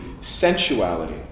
sensuality